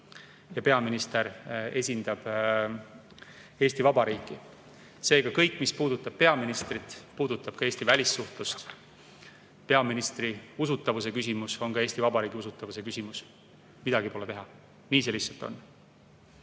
ja peaminister esindab Eesti Vabariiki. Seega kõik, mis puudutab peaministrit, puudutab ka Eesti välissuhtlust. Peaministri usutavuse küsimus on ka Eesti Vabariigi usutavuse küsimus. Midagi pole teha, nii see lihtsalt on. Ei